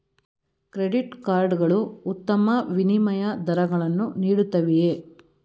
Credit card ಗಳು ಉತ್ತಮ ವಿನಿಮಯ ದರಗಳನ್ನು ನೀಡುತ್ತವೆಯೇ?